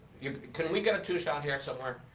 can we get a two-shot here somewhere?